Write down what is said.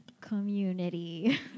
community